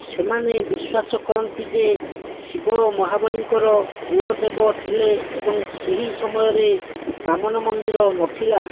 ସେମାନେ ବିଶ୍ୱାସ କରନ୍ତି ଯେ ଶିବ ମହାବଳୀଙ୍କର କୁଳଦେବ ଥିଲେ ଏବଂ ସେହି ସମୟରେ ବାମନ ମନ୍ଦିର ନଥିଲା